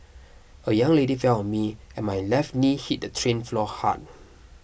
a young lady fell on me and my left knee hit the train floor hard